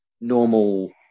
normal